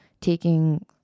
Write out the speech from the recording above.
taking